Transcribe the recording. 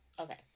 Okay